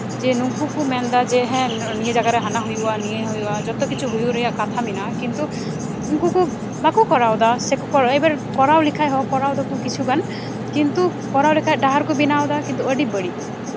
ᱡᱮ ᱱᱩᱝᱠᱩ ᱠᱚ ᱢᱮᱱᱫᱟ ᱡᱮ ᱦᱮᱸ ᱱᱤᱭᱟᱹ ᱡᱟᱭᱜᱟ ᱨᱮ ᱦᱟᱱᱟ ᱦᱩᱭᱩᱜᱼᱟ ᱱᱤᱭᱟᱹ ᱦᱩᱭᱩᱜᱼᱟ ᱡᱚᱛᱚ ᱠᱤᱪᱷᱩ ᱦᱩᱭᱩᱜ ᱨᱮᱭᱟᱜ ᱠᱟᱛᱷᱟ ᱢᱮᱱᱟᱜᱼᱟ ᱠᱤᱱᱛᱩ ᱩᱱᱠᱩ ᱠᱚ ᱵᱟᱠᱚ ᱠᱚᱨᱟᱣᱫᱟ ᱥᱮᱠᱚ ᱮᱭᱵᱟᱨ ᱠᱚᱨᱟᱣ ᱞᱮᱠᱷᱟᱡ ᱦᱚᱸ ᱠᱚᱨᱟᱣ ᱫᱟᱠᱚ ᱠᱤᱪᱷᱩ ᱜᱟᱱ ᱠᱤᱱᱛᱩ ᱠᱚᱨᱟᱣ ᱞᱮᱠᱷᱟᱡ ᱰᱟᱦᱟᱨ ᱠᱚ ᱵᱮᱱᱟᱣᱫᱟ ᱠᱤᱱᱛᱩ ᱟᱹᱰᱤ ᱵᱟᱹᱲᱤᱡ